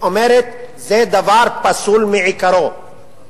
אומרת: זה דבר פסול מעיקרו.